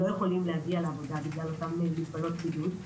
הם לא יכולים להגיע לעבודה בגלל אותם מגבלות בידוד.